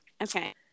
okay